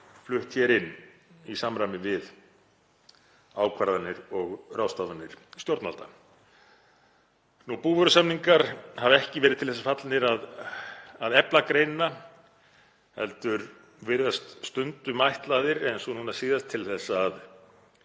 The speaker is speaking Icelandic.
flutt inn í samræmi við ákvarðanir og ráðstafanir stjórnvalda. Búvörusamningar hafa ekki verið til þess fallnir að efla greinina heldur virðast stundum ætlaðir, eins og núna síðast, til að